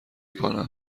کنم